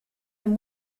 and